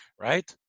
right